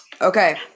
Okay